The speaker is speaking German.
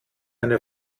eine